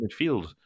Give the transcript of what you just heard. midfield